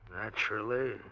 Naturally